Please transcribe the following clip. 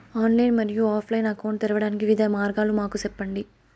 Online మరియు offline account తెరవడానికి వివిధ మార్గాలు మాకు సెప్పండి?